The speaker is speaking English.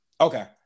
Okay